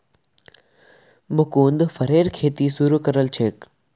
मुकुन्द फरेर खेती शुरू करल छेक